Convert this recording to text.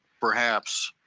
perhaps,